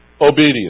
obedience